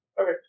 Okay